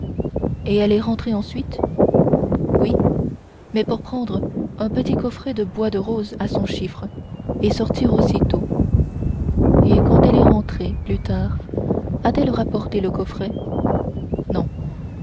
et elle est rentrée ensuite oui mais pour prendre un petit coffret de bois de rose à son chiffre et sortir aussitôt et quand elle est rentrée plus tard a-t-elle rapporté le coffret non